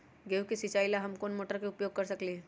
गेंहू के सिचाई ला हम कोंन मोटर के उपयोग कर सकली ह?